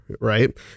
right